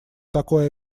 такое